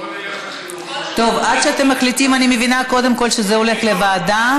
לא, אני לא רוצה בוועדת משנה, אני רוצה